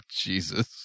jesus